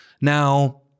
Now